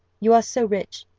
you are so rich,